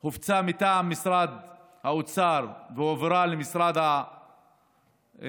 הופצה מטעם משרד האוצר והועברה למשרד התחבורה.